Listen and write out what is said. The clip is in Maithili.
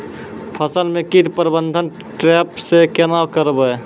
फसल म कीट प्रबंधन ट्रेप से केना करबै?